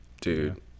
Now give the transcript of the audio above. Dude